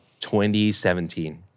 2017